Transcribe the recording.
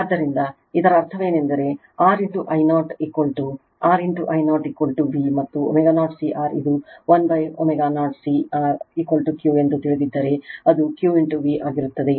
ಆದ್ದರಿಂದ ಇದರ ಅರ್ಥವೇನೆಂದರೆ R I 0 ಯಾವ ಕರೆ R I 0 V ಮತ್ತು ω0 C R ಇದು 1ω0 C RQ ಎಂದು ತಿಳಿದಿದ್ದರೆ ಅದು Q V ಆಗಿರುತ್ತದೆ